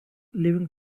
living